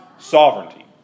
Sovereignty